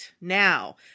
Now